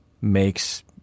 makes